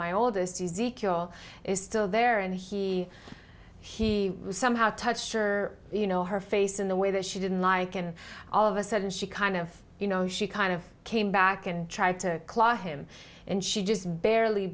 my oldest easy cure is still there and he he somehow touched her you know her face in the way that she didn't like and all of a sudden she kind of you know she kind of came back and tried to claw him and she just barely